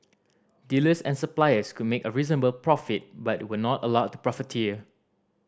dealers and suppliers could make a reasonable profit but were not allowed to profiteer